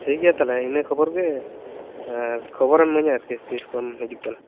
ᱴᱷᱤᱠ ᱜᱮᱭᱟ ᱛᱟᱦᱚᱞᱮ ᱤᱱᱟᱹ ᱠᱷᱚᱵᱚᱨ ᱜᱮ ᱠᱷᱚᱵᱚᱨᱮᱢ ᱮᱢᱟᱹᱧᱟ ᱟᱨᱠᱤ ᱛᱤᱥ ᱠᱚᱢ ᱦᱤᱡᱩᱜ ᱠᱟᱱᱟ